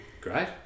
Great